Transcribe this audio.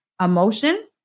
emotion